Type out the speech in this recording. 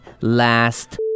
last